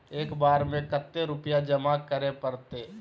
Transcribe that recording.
एक बार में कते रुपया जमा करे परते?